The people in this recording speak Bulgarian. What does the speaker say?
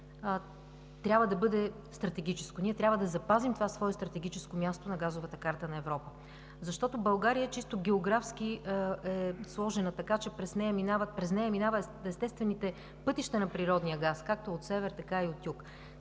трябва да бъде стратегическо. Ние трябва да запазим това свое стратегическо място на газовата карта на Европа. България чисто географски е сложена така, че през нея минават естествените пътища на природния газ както от север, така и от юг.